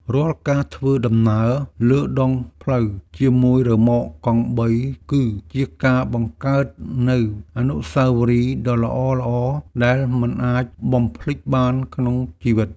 រាល់ការធ្វើដំណើរលើដងផ្លូវជាមួយរ៉ឺម៉កកង់បីគឺជាការបង្កើតនូវអនុស្សាវរីយ៍ដ៏ល្អៗដែលមិនអាចបំភ្លេចបានក្នុងជីវិត។